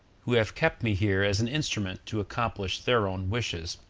who have kept me here as an instrument to accomplish their own wishes,